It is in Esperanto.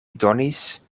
donis